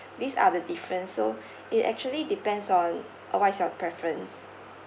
these are the difference so it actually depends on uh what's your preference